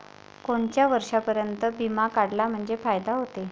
कोनच्या वर्षापर्यंत बिमा काढला म्हंजे फायदा व्हते?